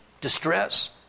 distress